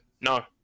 No